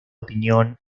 opinión